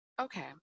Okay